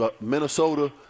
Minnesota